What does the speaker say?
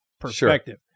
perspective